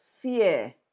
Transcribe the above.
fear